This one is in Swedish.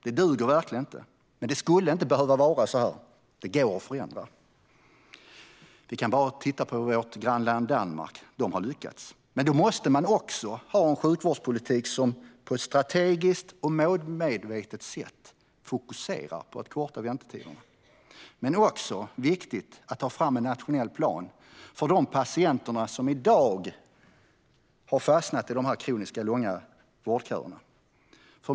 Det duger verkligen inte, men det skulle inte behöva vara så här. Det går att förändra. Vi behöver bara titta på vårt grannland Danmark. Där har man lyckats. Men då måste man också ha en sjukvårdspolitik som på ett strategiskt och målmedvetet sätt fokuserar på att korta väntetiderna. Det är också viktigt att ta fram en nationell plan för de patienter som i dag har fastnat i de kroniskt långa vårdköerna.